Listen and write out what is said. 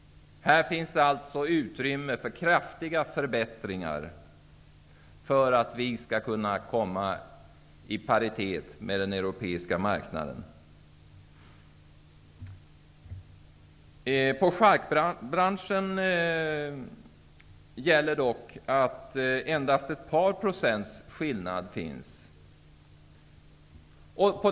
Här finns alltså utrymme för kraftiga förbättringar för att vi skall kunna komma i paritet med den europeiska marknaden. I charkbranschen finns dock endast ett par procents skillnad.